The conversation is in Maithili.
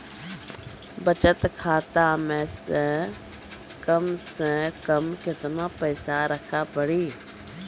बचत खाता मे कम से कम केतना पैसा रखे पड़ी?